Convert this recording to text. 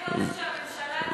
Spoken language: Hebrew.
אולי קודם שהממשלה תהיה רצינית,